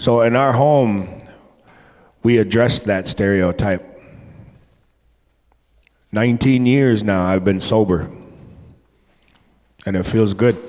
so in our home we address that stereotype nineteen years now i've been sober and it feels good